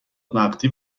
نقدی